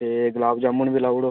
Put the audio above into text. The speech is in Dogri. ते गुलाब जामुन बी लाई ओड़ो